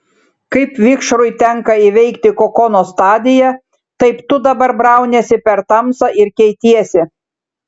kaip vikšrui tenka įveikti kokono stadiją taip tu dabar brauniesi per tamsą ir keitiesi